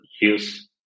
Use